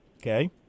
Okay